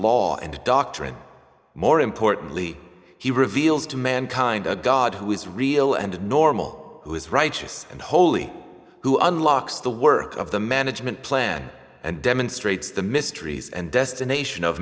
law and doctrine more importantly he reveals to mankind a god who is real and normal who is righteous and holy who unlocks the work of the management plan and demonstrates the mysteries and destination of